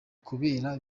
kubera